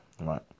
right